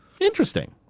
Interesting